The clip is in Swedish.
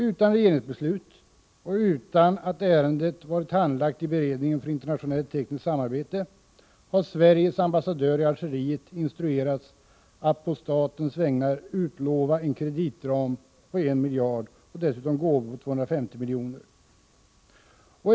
Utan regeringsbeslut och utan att ärendet varit handlagt i beredningen för internationellt tekniskt samarbete har Sveriges ambassadör i Algeriet instruerats att på statens vägnar utlova en kreditram på 1 miljard och dessutom gåvor på 250 miljoner.